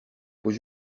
faut